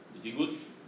is he good